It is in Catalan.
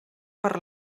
per